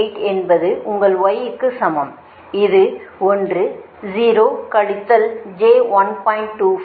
8 என்பது உங்கள் y க்கு சமம் அது 1 0 கழித்தல் j 1